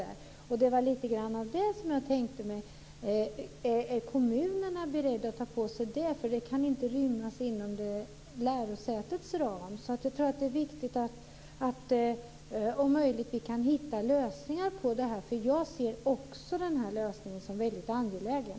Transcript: Är kommunerna beredda att ta på sig det? Det kan inte rymmas inom lärosätets ram. Det är viktigt att vi kan hitta lösningar på det, om möjligt. Jag ser också denna fråga som mycket angelägen.